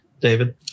David